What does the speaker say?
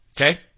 Okay